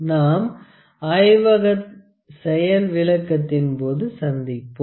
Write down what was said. நாம் ஆய்வகத் செயல் விளக்கதின் போது சந்திப்போம்